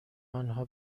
آنها